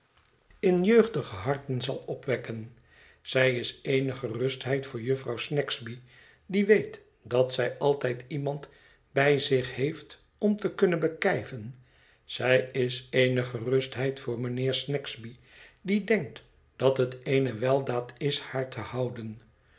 in jeugdige harten zal opwekken zij is eene gerustheid voor jufvrouw snagsby die weet dat zij altijd iemand bij zich heeft om te kunnen bekijven zij is eene gerustheid voor mijnheer snagsby die denkt dat het eene weldaad is haar te houden